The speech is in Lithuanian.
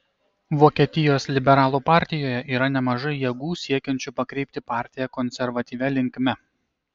vokietijos liberalų partijoje yra nemažai jėgų siekiančių pakreipti partiją konservatyvia linkme